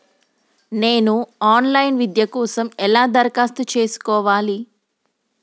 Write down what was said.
నేను online విద్య కోసం ఎలా దరఖాస్తు చేసుకోవాలి?